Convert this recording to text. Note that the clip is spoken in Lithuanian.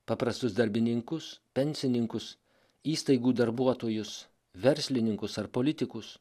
paprastus darbininkus pensininkus įstaigų darbuotojus verslininkus ar politikus